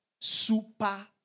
Super